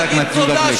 חבר הכנסת יהודה גליק.